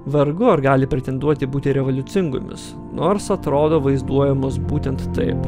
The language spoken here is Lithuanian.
vargu ar gali pretenduoti būti revoliucingomis nors atrodo vaizduojamos būtent taip